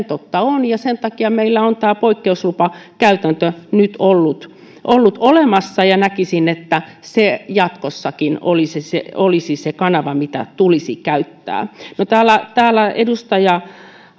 totta on ja sen takia meillä on tämä poikkeuslupakäytäntö nyt ollut ollut olemassa ja näkisin että se jatkossakin olisi se kanava mitä tulisi käyttää täällä täällä